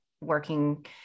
working